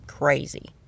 crazy